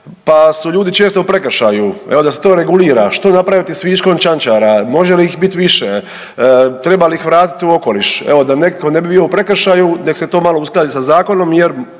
pa su ljudi često u prekršaju, evo da se to regulira, što napraviti s viškom čančara, može li ih biti više, treba li ih vratiti u okoliš, evo da netko ne bi bio u prekršaju nek se to malo uskladi sa zakonom jer